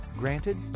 Granted